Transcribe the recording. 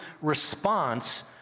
response